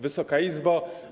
Wysoka Izbo!